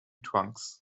trunks